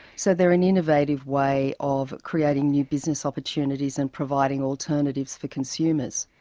so they are an innovative way of creating new business opportunities and providing alternatives for consumers.